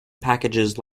packages